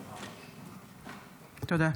תודה.